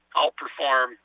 outperform